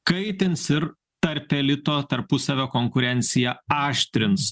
kaitins ir tarp elito tarpusavio konkurenciją aštrins